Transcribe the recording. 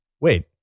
wait